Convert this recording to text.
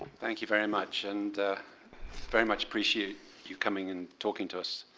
thank you very much. and very much appreciate you coming and talking to us.